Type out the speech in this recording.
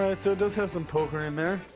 ah so it does have some poker in there.